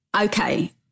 Okay